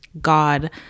God